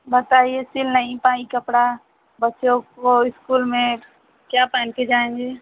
बताइए सिल नहीं पाईं कपड़ा बच्चों को इस्कूल में क्या पहनके जाएँगे